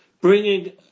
bringing